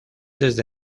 desde